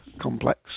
Complex